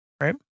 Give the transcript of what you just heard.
Right